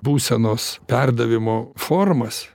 būsenos perdavimo formas